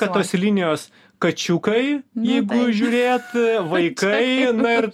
kad tos linijos kačiukai jeigu žiūrėt vaikai na ir